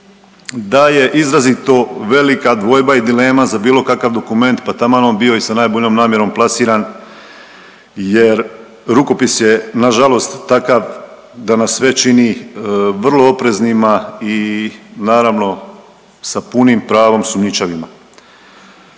da je izrazito velika dvojba i dilema za bilo kakav dokument, pa taman on bio i sa najboljom namjerom plasiran jer rukopis je nažalost takav da nas sve čini vrlo opreznima i naravno sa punim pravom sumnjičavima.